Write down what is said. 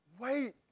Wait